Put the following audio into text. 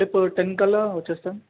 రేపు టెన్ కల్లా వచ్చేస్తాను